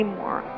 more